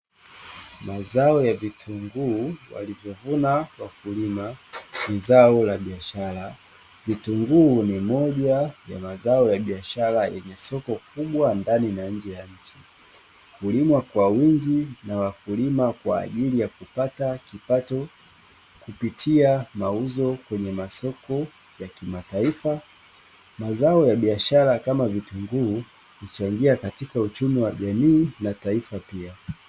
Mazao ya vitunguu walivyovuna wakulima, ni zao la biashara, vitunguu ni moja ya mazao ya biashara yenye soko kubwa ndani na nje ya nchi, hulimwa kwa wingi na wakulima kwa ajili ya kupata kipato kupitia mauzo kwenye masoko ya kimataifa. Mazao ya biashara kama vitunguu huchangia katika uchumi wa jamii na taifa pia.